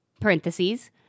parentheses